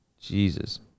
jesus